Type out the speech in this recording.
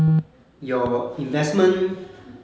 your investment